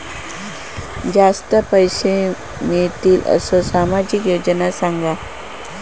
जास्ती पैशे मिळतील असो सामाजिक योजना सांगा?